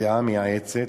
דעה מייעצת'.